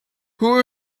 who